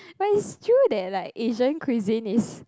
but it's true that like Asian cuisine is